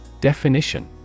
Definition